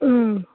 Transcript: اۭں